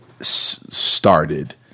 started